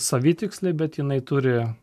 savitikslė bet jinai turi